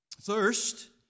Thirst